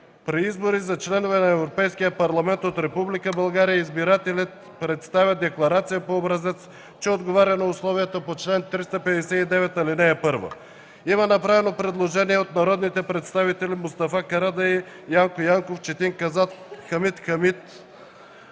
При избори за членове на Европейския парламент от Република България избирателят представя декларация по образец, че отговаря на условията по чл. 359, ал. 1.” Има направено предложение от народните представители Мустафа Карадайъ, Янко Янков, Четин Казак и Хамид Хамид: